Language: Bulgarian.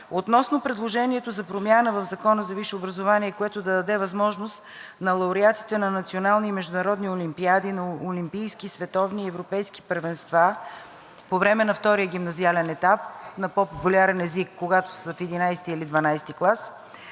Относно предложението за промяна в Закона за висшето образование, което да даде възможност на лауреатите на национални и международни олимпиади, на олимпийски, световни и европейски първенства, по време на втория гимназиален етап, на по-популярен език, когато са в 11. или 12. клас,